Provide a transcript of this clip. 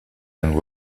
and